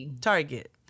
target